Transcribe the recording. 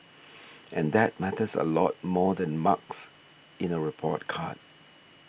and that matters a lot more than marks in a report card